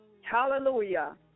Hallelujah